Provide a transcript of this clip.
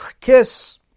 kiss